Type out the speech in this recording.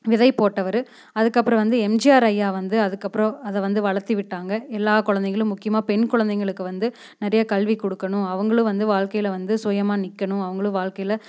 விதை போட்டவர் அதுக்கப்புறோம் வந்து எம்ஜிஆர் ஐயா வந்து அதுக்கப்புறோம் அதை வந்து வளர்த்தி விட்டாங்க எல்லா குழந்தைங்களும் முக்கியமாக பெண் குழந்தைங்களுக்கு வந்து நிறைய கல்வி கொடுக்கணும் அவங்களும் வந்து வாழ்க்கையில வந்து சுயமாக நிற்கணும் அவங்களும் வாழ்க்கையில